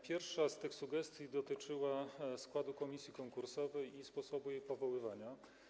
Pierwsza z tych sugestii dotyczyła składu komisji konkursowej i sposobu jej powoływania.